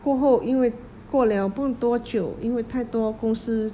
过后因为过了不懂多久因为太多公司